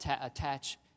attach